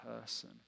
person